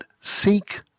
seek